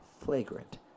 Flagrant